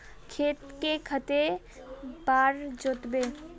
खेत के कते बार जोतबे?